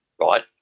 right